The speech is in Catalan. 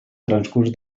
transcurs